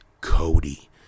cody